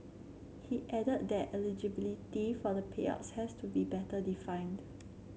he added that eligibility for the payouts has to be better defined